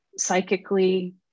psychically